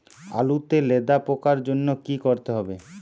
আলুতে লেদা পোকার জন্য কি করতে হবে?